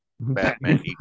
Batman